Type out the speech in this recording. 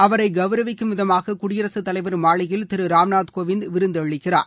அவரை கவுரவிக்கும் விதமாக குடியரசுத் தலைவர் மாளிகையில் திரு ராம்நாத் கோவிந்த் விருந்தளிக்கிறார்